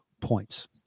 points